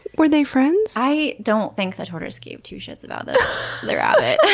where they friends? i don't think the tortoise gave two shits about the rabbit.